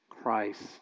Christ